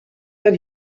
that